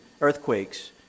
earthquakes